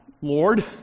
Lord